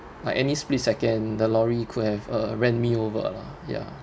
like any split second the lorry could have uh ran me over lah ya